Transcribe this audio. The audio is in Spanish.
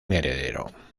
heredero